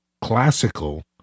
classical